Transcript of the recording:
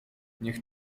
niech